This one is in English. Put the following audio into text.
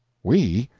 we?